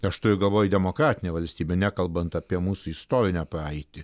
aš turiu galvoj demokratinė valstybė nekalbant apie mūsų istorinę praeitį